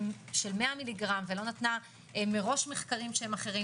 100 מ"ג ולא נתנה מראש מחקרים אחרים,